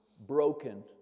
Broken